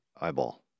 eyeball